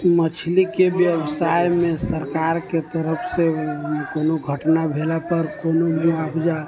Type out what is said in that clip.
मछलीके व्यवसायमे सरकारके तरफ से कोनो घटना भेला पर कोनो मुआवजा